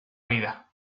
vida